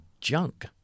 junk